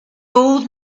old